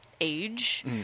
age